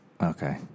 Okay